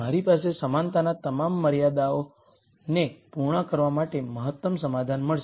મારી પાસે સમાનતાના તમામ મર્યાદાઓને પૂર્ણ કરવા માટે મહત્તમ સમાધાન મળશે